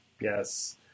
Yes